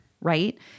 right